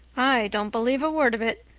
i don't believe a word of it.